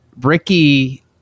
Ricky